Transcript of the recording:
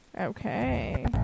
Okay